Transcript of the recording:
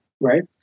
right